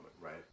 right